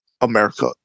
America